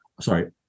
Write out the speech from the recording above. sorry